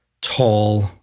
Tall